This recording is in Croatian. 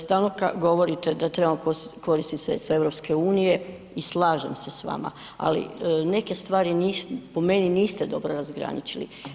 Stalno govorite da trebamo koristiti sredstva EU i slažem se s vama, ali neke stvari niste, po meni niste dobro razgraničili.